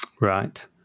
Right